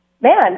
man